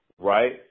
right